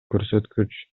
көрсөткүч